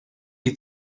die